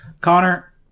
Connor